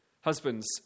Husbands